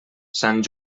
sant